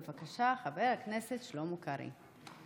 בבקשה, חבר הכנסת שלמה קרעי.